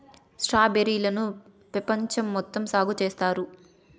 strawberry లను పెపంచం మొత్తం సాగు చేత్తారు